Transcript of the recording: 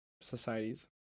societies